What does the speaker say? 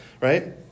right